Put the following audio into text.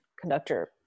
conductor